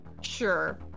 sure